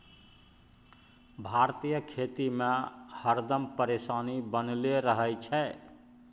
भारतीय खेती में हरदम परेशानी बनले रहे छै